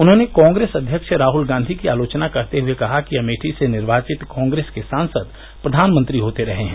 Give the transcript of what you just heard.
उन्होंने कांग्रेस अध्यक्ष राहल गांधी की आलोचना करते हए कहा कि अमेठी से निर्वाचित कांग्रेस के सांसद प्रधानमंत्री होते रहे हैं